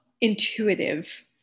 intuitive